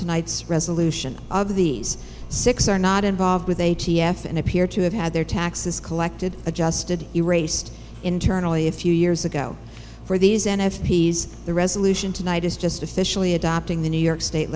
tonight's resolution of these six are not involved with a t f and appear to have had their taxes collected adjusted erased internally a few years ago for these an f p s the resolution tonight is just officially adopting the new york state